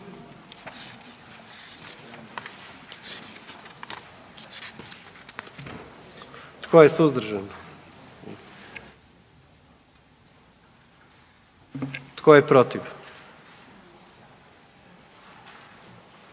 Tko je suzdržan? I tko je protiv?